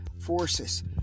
forces